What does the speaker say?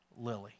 lily